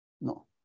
No